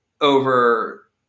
over